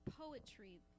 poetry